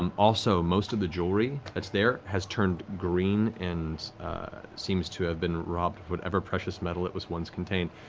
um also, most of the jewelry that's there has turned green and seems to have been robbed of whatever precious metal it was once contained.